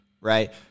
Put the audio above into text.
Right